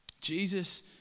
Jesus